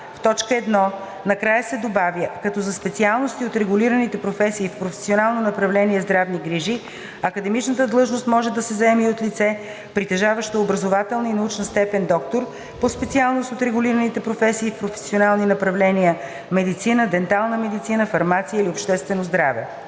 в т. 1 накрая се добавя „като за специалности от регулираните професии в професионално направление „Здравни грижи“ академичната длъжност може да се заема и от лице, притежаващо образователна и научна степен „доктор“ по специалност от регулираните професии в професионални направления „Медицина“, „Дентална медицина“, „Фармация“ или „Обществено здраве“;